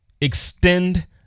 Extend